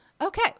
Okay